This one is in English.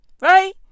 Right